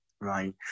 right